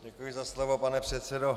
Děkuji za slovo, pane předsedo.